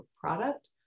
product